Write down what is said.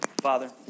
Father